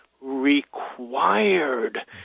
required